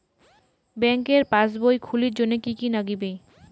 ব্যাঙ্কের পাসবই খুলির জন্যে কি কি নাগিবে?